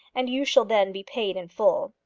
and you shall then be paid in full.